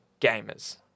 gamers